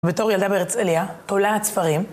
בתור ילדה בארץ אליה, תולעת ספרים.